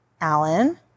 Alan